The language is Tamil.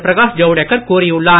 பிரகாஷ் ஜவ்டேக்கர் கூறியுள்ளார்